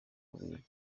bubiligi